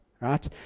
right